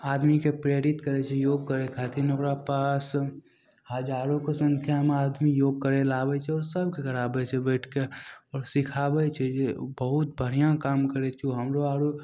आदमीके प्रेरित करै छै योग करै खातिर ओकरा पास हजारोके सँख्यामे आदमी योग करै ले आबै छै आओर सभकेँ कराबै छै बैठिके आओर सिखाबै छै जे बहुत बढ़िआँ काम करै छै ओ हमरो आओर